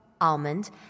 almond